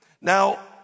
Now